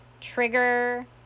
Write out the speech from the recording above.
trigger